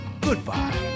Goodbye